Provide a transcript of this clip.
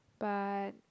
but